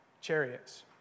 chariots